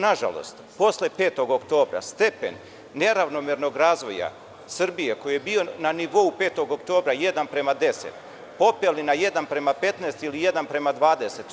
Nažalost, mi smo posle 5. oktobra stepen neravnomernog razvoja Srbije, koji je bio na nivou 5. oktobra 1:10, popeli na 1:15 ili 1:20.